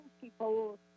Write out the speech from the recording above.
people